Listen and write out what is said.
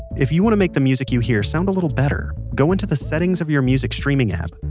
if you want to make the music you hear sound a little better, go into the settings of your music streaming app,